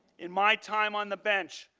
and my time on the bench,